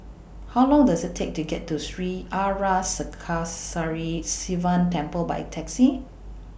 How Long Does IT Take to get to Sri Arasakesari Sivan Temple By Taxi